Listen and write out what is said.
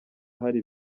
hari